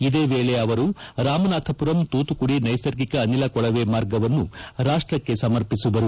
ಇದೇ ವೇಳೆ ಅವರು ರಾಮನಾಥಪುರಂ ತೂತುಕುದಿ ನೈಸರ್ಗಿಕ ಅನಿಲ ಕೊಳವೆ ಮಾರ್ಗವನ್ನು ರಾಷ್ಟಕ್ಕೆ ಸಮರ್ಪಿಸಲಿದ್ದಾರೆ